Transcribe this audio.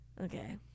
Okay